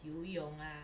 游泳 ah